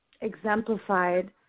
exemplified